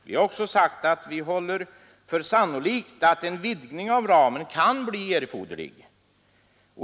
Vi har också sagt att vi håller för sannolikt att en vidgning av ramen kan bli erforderlig.